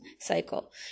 cycle